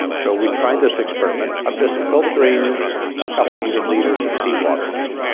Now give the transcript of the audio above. so we tried this experiment of just filtering a couple of hundred litres of seawater,